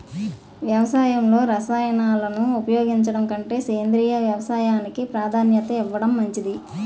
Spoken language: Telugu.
వ్యవసాయంలో రసాయనాలను ఉపయోగించడం కంటే సేంద్రియ వ్యవసాయానికి ప్రాధాన్యత ఇవ్వడం మంచిది